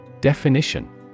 Definition